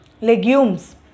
legumes